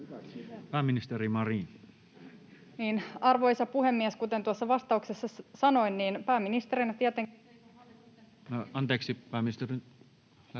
Pääministeri Marin. Arvoisa puhemies! Kuten tuossa vastauksessa sanoin, niin pääministerinä tietenkin... [Puhujan mikrofoni